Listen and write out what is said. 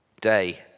day